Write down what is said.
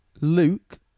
Luke